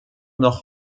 noch